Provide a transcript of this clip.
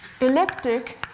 elliptic